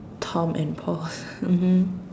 Tom and Paul mmhmm